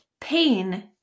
Pain